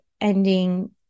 ending